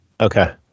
Okay